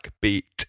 beat